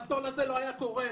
האסון הזה לא היה קורה.